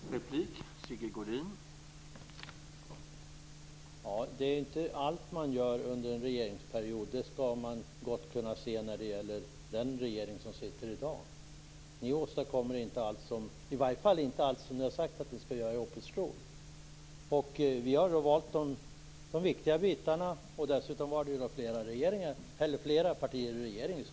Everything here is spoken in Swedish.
Herr talman! Det är inte allt man gör under en regeringsperiod. Det kan man gott se när det gäller den regering som sitter i dag. Den åstadkommer i varje fall inte allt som ni har sagt i opposition att ni skall göra. Vi har valt de viktiga bitarna. Dessutom var det flera partier i regeringen.